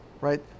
right